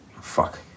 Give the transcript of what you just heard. fuck